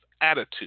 attitude